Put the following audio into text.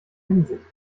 hinsicht